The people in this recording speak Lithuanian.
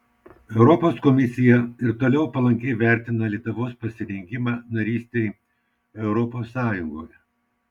europos komisija ir toliau palankiai vertina lietuvos pasirengimą narystei europos sąjungoje